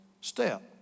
step